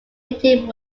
meeting